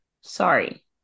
sorry